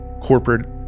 corporate